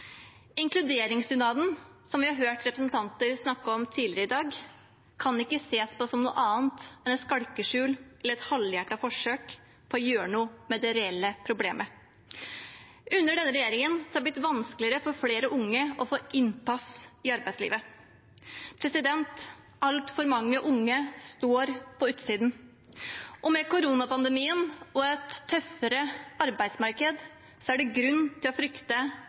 Inkluderingsdugnaden, som vi har hørt representanter snakke om tidligere i dag, kan ikke ses på som noe annet enn et skalkeskjul eller et halvhjertet forsøk på å gjøre noe med det reelle problemet. Under denne regjeringen er det blitt vanskeligere for flere unge å få innpass i arbeidslivet. Altfor mange unge står på utsiden, og med koronapandemien og et tøffere arbeidsmarked er det grunn til å frykte